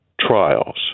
trials